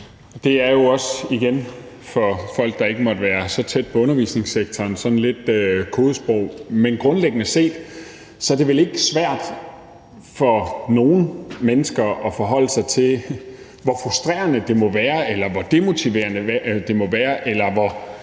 Det er jo også igen for folk, der ikke måtte være så tæt på undervisningssektoren, sådan lidt kodesprog, men grundlæggende set er det vel ikke svært for nogen mennesker at forholde sig til, hvor frustrerende det må være, eller hvor demotiverende det må være, eller i